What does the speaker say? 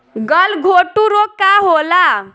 गलघोटू रोग का होला?